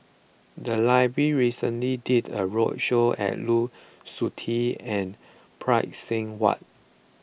the library recently did a roadshow on Lu Suitin and Phay Seng Whatt